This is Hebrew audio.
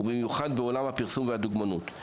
ובמיוחד בעולם הפרסום והדוגמנות.